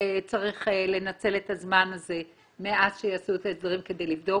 צריך לנצל את הזמן הזה מאז שיעשו את ההסדרים כדי לבדוק